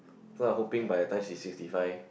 so I'm hoping by the time she's sixty five